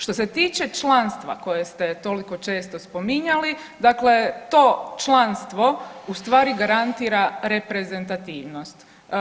Što se tiče članstva koje ste toliko često spominjali dakle to članstvo ustvari garantira reprezentativnost.